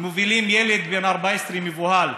מובילים ילד בן 14, מבוהל,